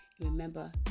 remember